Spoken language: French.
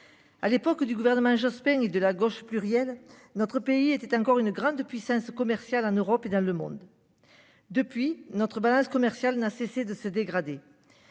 À l'époque du gouvernement Jospin et de la gauche plurielle. Notre pays était encore une grande puissance commerciale en Europe et dans le monde. Depuis notre balance commerciale n'a cessé de se dégrader.